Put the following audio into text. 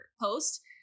post